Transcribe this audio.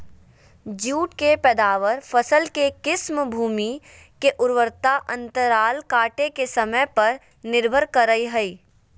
जुट के पैदावार, फसल के किस्म, भूमि के उर्वरता अंतराल काटे के समय पर निर्भर करई हई